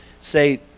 say